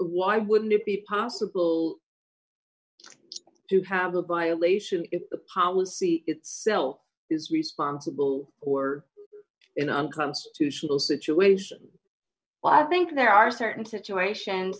why wouldn't it be possible to have a bio lation if the policy itself is responsible who are in unconstitutional situations well i think there are certain situations